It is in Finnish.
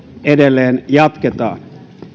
edelleen jatketaan